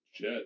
Jet